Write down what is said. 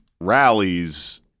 rallies